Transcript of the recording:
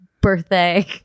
birthday